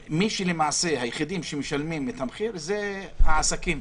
היחידים שמשלמים את המחיר זה העסקים.